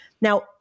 Now